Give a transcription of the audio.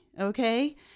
okay